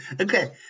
Okay